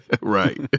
Right